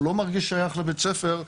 הוא לא מרגיש שייך לבית הספר,